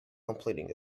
completing